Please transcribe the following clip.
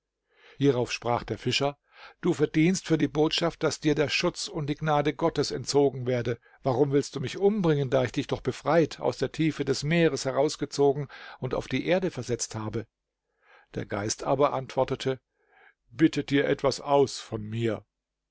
hierauf sprach der fischer du verdienst für die botschaft daß dir der schutz und die gnade gottes entzogen werde warum willst du mich umbringen da ich dich doch befreit aus der tiefe des meeres herausgezogen und auf die erde versetzt habe der geist aber antwortete bitte dir etwas aus von mir